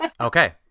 Okay